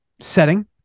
setting